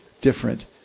different